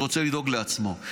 רוצה לדאוג לעצמו,